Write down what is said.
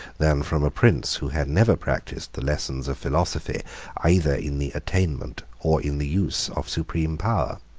than from a prince who had never practised the lessons of philosophy either in the attainment or in the use of supreme power.